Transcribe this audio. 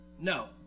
No